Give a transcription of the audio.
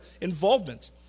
involvement